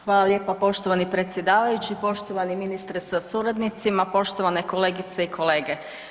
Hvala lijepa poštovani predsjedavajući, poštovani ministre sa suradnicima, poštovane kolegice i kolege.